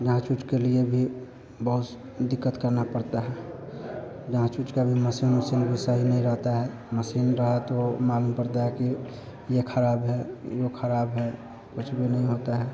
जाँच ऊच के लिए भी बहुत दिक़्क़त करनी पड़ती है जाँच ऊंच करने मसीन उसीन भी सही नहीं रहती है मसीन रही तो मालूम पड़ता है कि यह ख़राब है वह ख़राब है कुछ भी नहीं होता है